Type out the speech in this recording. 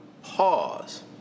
pause